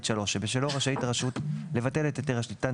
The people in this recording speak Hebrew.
עד (3) שבשלו רשאית הרשות לבטל את היתר השליטה,